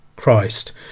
Christ